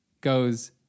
goes